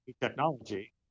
technology